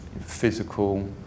physical